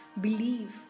Believe